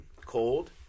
cold